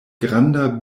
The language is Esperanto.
granda